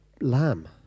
lamb